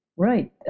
Right